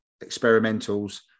experimentals